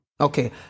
Okay